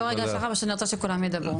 לא, רגע שחר, אני רוצה שכולם ידברו.